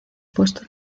puesto